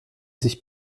sich